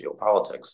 geopolitics